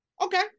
Okay